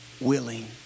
willing